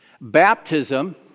baptism